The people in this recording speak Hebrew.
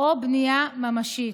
או בנייה ממשית.